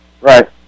Right